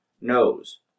knows